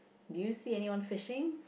do you see anyone fishing